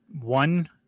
One